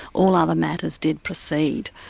all other matters did proceed.